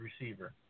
receiver